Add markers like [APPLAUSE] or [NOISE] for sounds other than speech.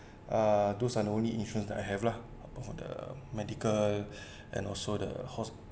uh those are the only insurance that I have lah about the medical [BREATH] and also the hospitalisation